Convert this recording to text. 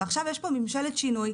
ועכשיו יש פה ממשלת שינוי,